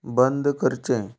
बंद करचें